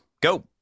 go